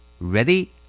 Ready